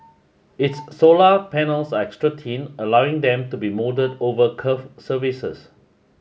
its solar panels are extra thin allowing them to be moulded over curved surfaces